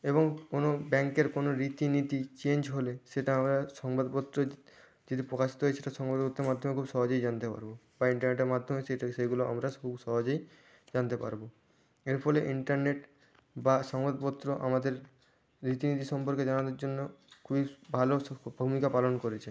এবং কোনো ব্যাংকের কোনো রীতি নীতি চেঞ্জ হলে সেটা আমরা সংবাদপত্রে যদি প্রকাশিত হয় সেটা সংবাদপত্রের মাধ্যমে খুব সহজেই জানতে পারবো বা ইন্টারনেটের মাধ্যমে সেই থেকে সেইগুলো আমরা সু সহজেই জানতে পারবো এর ফলে ইন্টারনেট বা সংবাদপত্র আমাদের রীতি নীতি সম্পর্কে জানানোর জন্য খুবই ভালো ভূমিকা পালন করেছে